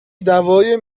دوای